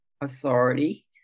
authority